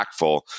impactful